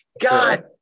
God